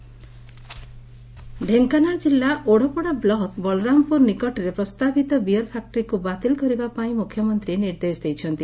beer factory Dhenkanal ଜିଲ୍ଲା Odapada block Balarampur ନିକଟରେ ପ୍ରସ୍ତାବିତ ବିୟର ଫ୍ୟାକ୍ଟ୍ରିକୁ ବାତିଲ କରିବା ପାଇଁ ମୁଖ୍ୟମନ୍ତୀ ନିର୍ଦ୍ଦେଶ ଦେଇଛନ୍ତି